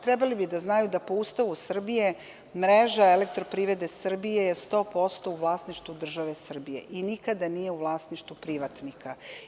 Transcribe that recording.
Trebali bi da znaju da po Ustavu Srbije, mreža elektroprivrede Srbije je 100% u vlasništvu države Srbije i nikada nije u vlasništvu privatnika.